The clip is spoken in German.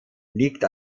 liegt